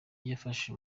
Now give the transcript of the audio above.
yafashe